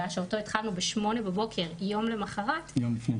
שאותו התחלנו ב-08:00 בבוקר יום קודם לכן,